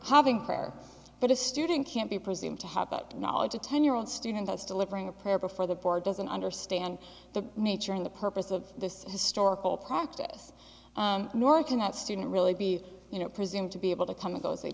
having prayer that a student can't be presumed to have knowledge a ten year old student i still it bring a prayer before the board doesn't understand the nature of the purpose of this historical practice nor can that student really be you know presume to be able to come and go as they